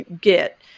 get